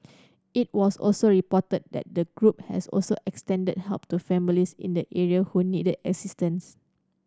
it was also reported that the group has also extended help to families in the area who needed assistance